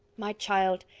my child,